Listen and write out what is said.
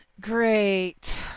Great